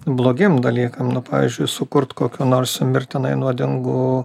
blogiem dalykam pavyzdžiui sukurt kokių nors mirtinai nuodingų